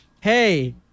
hey